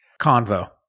Convo